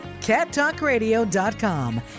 cattalkradio.com